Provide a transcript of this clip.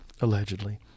allegedly